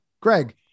Greg